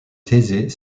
thésée